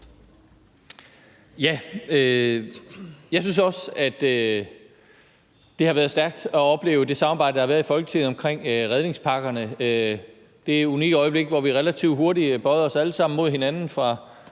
Jeg synes også, at det har været stærkt at opleve det samarbejde, der har været i Folketinget omkring redningspakkerne – det er unikke øjeblikke, hvor vi relativt hurtigt alle sammen bøjede os mod hinanden, fra